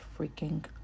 freaking